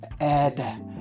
add